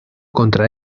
contra